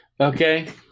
Okay